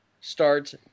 starts